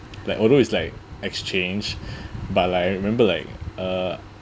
like although it's like exchange but like I remember like uh